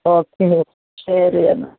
okay ശരി എന്നാൽ